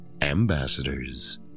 ambassadors